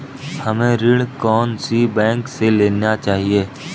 हमें ऋण कौन सी बैंक से लेना चाहिए?